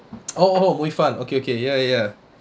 oh oh we fun okay okay ya ya ya